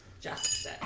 Justice